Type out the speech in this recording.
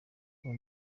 kuba